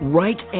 right